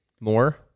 More